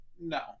No